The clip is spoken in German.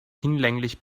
hinlänglich